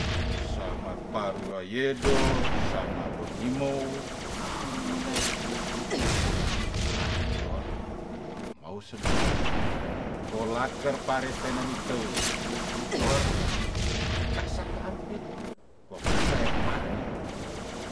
Sa maparu wa yedo sa ma wengi mou ko musti lu mele kayor ku mau sedap ko laker pare tenen ni teu rior ko ka sakaan pit koka saya par niko.